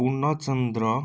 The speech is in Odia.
ପୁର୍ଣ୍ଣଚନ୍ଦ୍ର